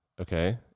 Okay